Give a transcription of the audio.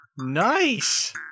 Nice